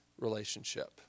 relationship